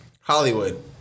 Hollywood